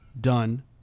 done